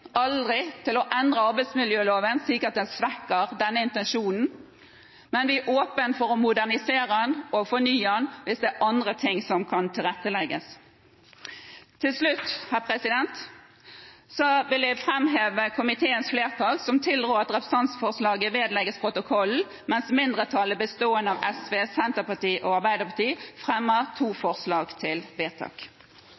aldri – til å endre arbeidsmiljøloven slik at den svekker denne intensjonen, men vi er åpne for å modernisere og fornye den hvis det er andre ting som kan tilrettelegges. Til slutt vil jeg framheve komiteens flertall, som tilrår at representantforslaget vedlegges protokollen, mens mindretallet, bestående av Arbeiderpartiet, Senterpartiet og SV fremmer to